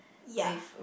ya